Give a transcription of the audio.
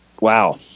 wow